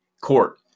court